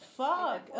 fuck